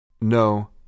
No